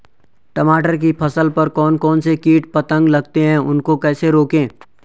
टमाटर की फसल पर कौन कौन से कीट पतंग लगते हैं उनको कैसे रोकें?